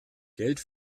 geld